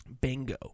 Bingo